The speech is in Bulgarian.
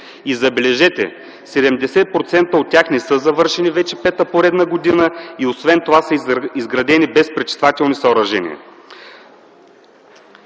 Забележете, 70% от тях не са завършени вече пета поредна година, а и освен това са изградени без пречиствателни съоръжения.